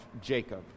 Jacob